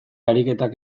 ariketak